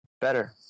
better